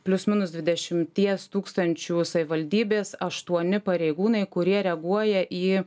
plius minus dvidešimties tūkstančių savivaldybės aštuoni pareigūnai kurie reaguoja į